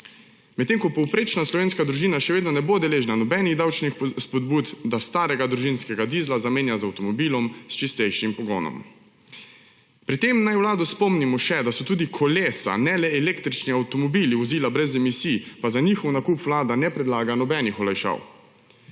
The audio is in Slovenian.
medtem ko povprečna slovenska družina še vedno ne bo deležna nobenih davčnih spodbud, da starega družinskega dizla zamenja z avtomobilom s čistejšim pogonom. Pri tem naj Vlado spomnimo še, da so tudi kolesa, ne le električni avtomobili, vozila brez emisij, pa za njihov nakup Vlada ne predlaga nobenih olajšav.